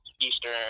eastern